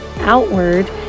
outward